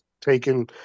taken